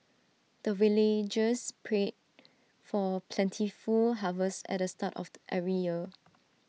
the villagers pray for plentiful harvest at the start of every year